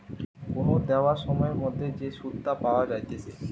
কোন দেওয়া সময়ের মধ্যে যে সুধটা পাওয়া যাইতেছে